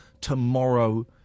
tomorrow